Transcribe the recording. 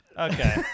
okay